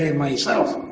ah myself,